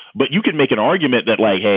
but you can make an argument that like,